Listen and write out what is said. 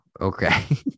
Okay